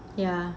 ya